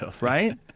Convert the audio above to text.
Right